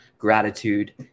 gratitude